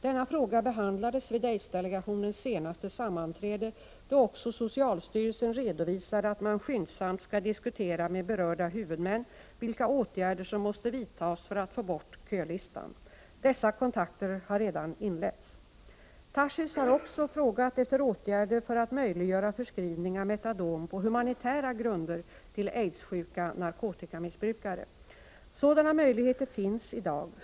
Denna fråga behandlades vid aidsdelegationens senaste sammanträde, då också socialstyrelsen redovisade att man skyndsamt skall diskutera med berörda huvudmän vilka åtgärder som måste vidtas för att få bort kölistan. Dessa kontakter har redan inletts. Tarschys har också frågat efter åtgärder för att möjliggöra förskrivning av metadon på humanitära grunder till aidssjuka narkotikamissbrukare. Sådana möjligheter finns i dag.